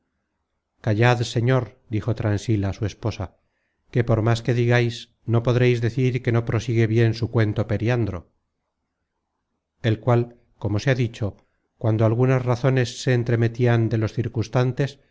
callad señor dijo transila su esposa que por más que digais no podreis decir que no prosigue bien su cuento periandro el cual como se ha dicho cuando algunas razones se entremetian de los circunstantes